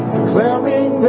Declaring